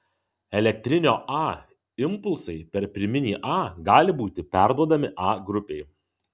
elektrinio a impulsai per pirminį a gali būti perduodami a grupei